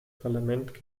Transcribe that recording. parlament